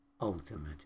ultimate